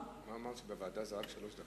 אמרת שבוועדה זה רק שלוש דקות?